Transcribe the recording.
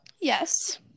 Yes